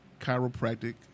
Chiropractic